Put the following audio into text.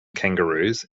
kangaroos